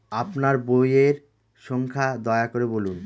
আপনার বইয়ের সংখ্যা দয়া করে বলুন?